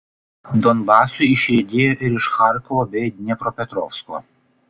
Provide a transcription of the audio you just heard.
donbasui išriedėjo ir iš charkovo bei dniepropetrovsko